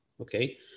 Okay